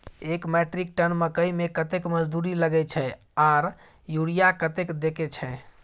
एक metric tonne मकई में कतेक मजदूरी लगे छै आर यूरिया कतेक देके छै?